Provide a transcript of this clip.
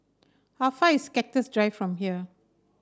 how far is Cactus Drive from here